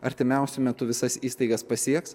artimiausiu metu visas įstaigas pasieks